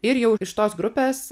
ir jau iš tos grupės